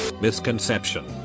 Misconception